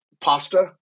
pasta